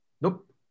Nope